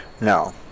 No